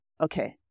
Okay